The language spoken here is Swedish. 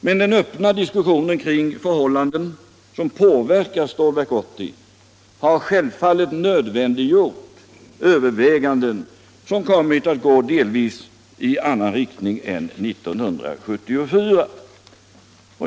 Men de förhållanden som påverkar utformningen av Stålverk 80 och som det har varit en mycket öppen diskussion om har självfallet nödvändiggjort överväganden som kommit att gå delvis i annan riktning än 1974.